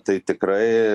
tai tikrai